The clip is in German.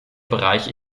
bereiche